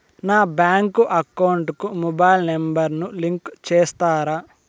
నా bank account కు mobile number ను లింకు చేస్తారా?